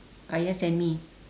ayah send me